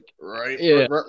right